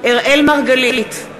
אראל מרגלית,